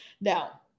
Now